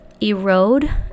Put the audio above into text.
erode